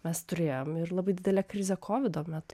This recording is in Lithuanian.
mes turėjom ir labai didelę krizę kovido metu